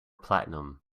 platinum